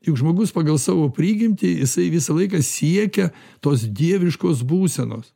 juk žmogus pagal savo prigimtį jisai visą laiką siekia tos dieviškos būsenos